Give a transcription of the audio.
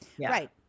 Right